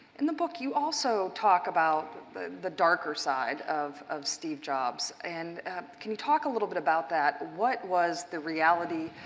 and the book you also talk about the the darker side of of steve jobs. and can you talk a little bit about that? what was the reality,